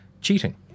cheating